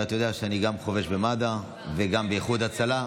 הרי אתה יודע שאני גם חובש במד"א וגם באיחוד הצלה,